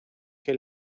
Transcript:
que